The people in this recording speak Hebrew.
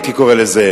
הייתי קורא לזה,